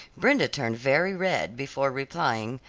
brenda turned very red before replying,